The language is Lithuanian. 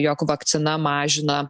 jog vakcina mažina